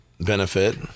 benefit